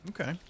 Okay